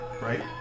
right